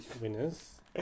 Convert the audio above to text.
winners